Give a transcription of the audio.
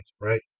right